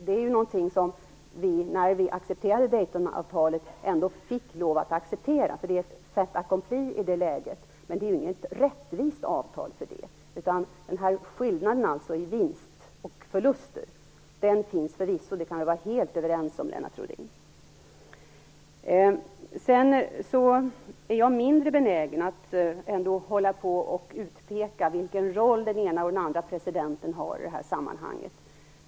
Det är någonting som vi fick lov att acceptera när vi accepterade Daytonavtalet, för det är ett fait accompli i det läget. Men det är inget rättvist avtal för den sakens skull. Förvisso finns den här skillnaden i vinster och förluster; det kan vi vara helt överens om, Lennart Rohdin. Sedan är jag ändå mindre benägen att hålla på och utpeka vilken roll den ena och den andra presidenten har i det här sammanhanget.